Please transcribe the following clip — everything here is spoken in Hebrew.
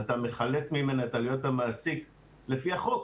ואתה מחלק ממנה את עלויות המעסיק לפי החוק,